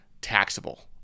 taxable